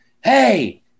hey